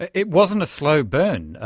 it wasn't a slow burn,